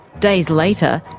days later,